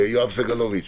יואב סגלוביץ'.